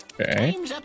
Okay